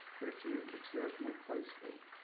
but if you observed more closely,